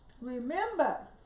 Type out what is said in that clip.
Remember